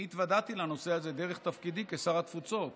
אני התוודעתי לנושא הזה דרך תפקידי כשר התפוצות,